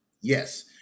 Yes